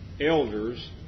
elders